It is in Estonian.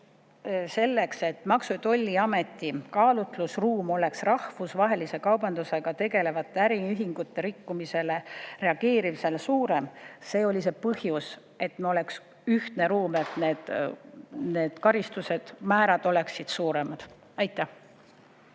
selleks, et Maksu- ja Tolliameti kaalutlusruum oleks rahvusvahelise kaubandusega tegelevate äriühingute rikkumisele reageerimisel suurem, oli see põhjus: et me oleksime ühtne ruum ja et need karistusmäärad oleksid suuremad. Aitäh